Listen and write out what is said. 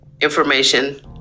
information